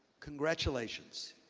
congratulations.